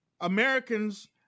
Americans